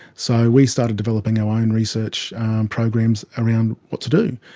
so we started developing our own research programs around what to do.